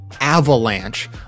avalanche